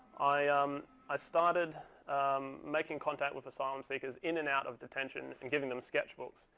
i um i started making contact with asylum seekers in and out of detention and giving them sketchbooks.